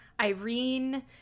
Irene